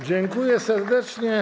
Dziękuję serdecznie.